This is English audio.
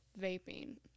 vaping